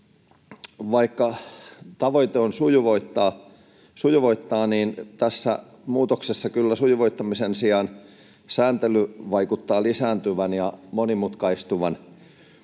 vaikka tavoite on sujuvoittaa, niin tässä muutoksessa kyllä sujuvoittamisen sijaan sääntely vaikuttaa lisääntyvän ja monimutkaistuvan.